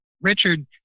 Richard